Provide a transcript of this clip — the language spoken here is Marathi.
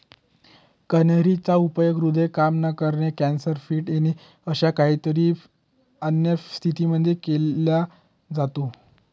कन्हेरी चा उपयोग हृदय काम न करणे, कॅन्सर, फिट येणे अशा कितीतरी अन्य स्थितींमध्ये केला जातो